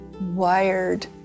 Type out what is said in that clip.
wired